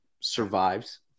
survives